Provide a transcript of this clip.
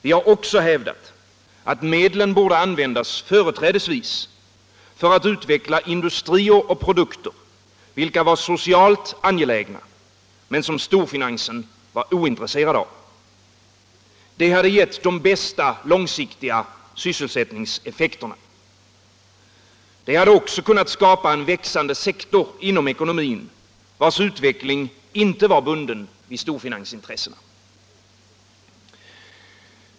Vi har också hävdat, att medlen borde användas företrädesvis för att utveckla industrier och produkter, vilka var socialt angelägna men som storfinansen var ointresserad av. Detta hade givit de bästa långsiktiga sysselsättningseffekterna. Det hade också kunnat skapa en växande sektor inom ekonomin vars utveckling inte var bunden vid storfinansintressena.